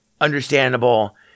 understandable